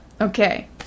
Okay